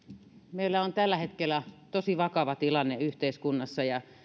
meillä on tällä hetkellä tosi vakava tilanne yhteiskunnassa ja